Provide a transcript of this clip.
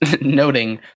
noting